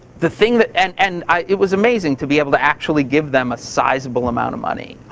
the thing that. and and it was amazing to be able to actually give them a sizable amount of money.